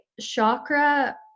chakra